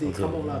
okay